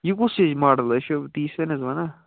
یہِ کُس ہِش ماڈَل حظ چھِ تی چھُسے نہٕ حظ وَنان